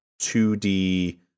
2d